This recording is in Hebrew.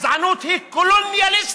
הגזענות היא קולוניאליסטית.